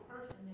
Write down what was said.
person